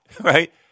right